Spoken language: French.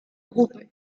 groupe